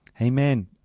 Amen